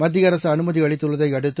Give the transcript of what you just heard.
மத்திய அரசு அனுமதி அளித்துள்ளதை அடுத்து